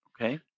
Okay